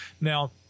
Now